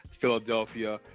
Philadelphia